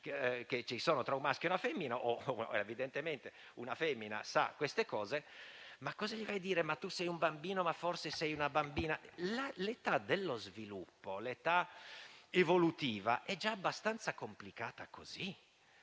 le differenze tra un maschio e una femmina, perché evidentemente una femmina sa queste cose. Ma cosa gli si va a dire? Tu sei un bambino, ma forse sei una bambina? L'età dello sviluppo, l'età evolutiva, è già abbastanza complicata di